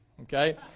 okay